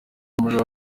muriro